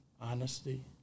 honesty